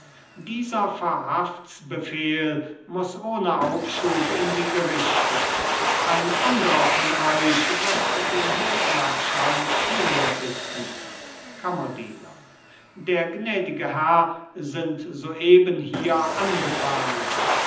dieser verhaftsbefehl muß ohne aufschub in die gerichte ein andrer von euch wird den hofmarschall zu mir bitten kammerdiener der gnädige herr sind so eben hier angefahren